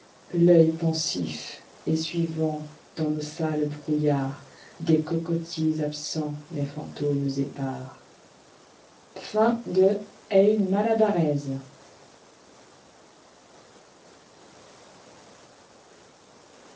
l'œil pensif et suivant dans nos sales brouillards des cocotiers absents les fantômes épars xciii